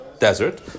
Desert